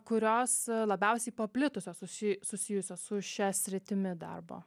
kurios labiausiai paplitusios susi susijusios su šia sritimi darbo